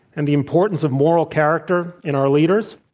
and the importance of moral character in our leaders?